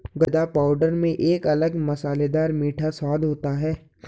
गदा पाउडर में एक अलग मसालेदार मीठा स्वाद होता है